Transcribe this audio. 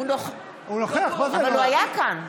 אבל הוא היה כאן.